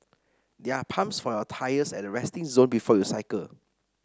there are pumps for your tyres at the resting zone before you cycle